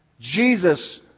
Jesus